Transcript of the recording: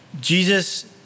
Jesus